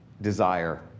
desire